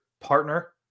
partner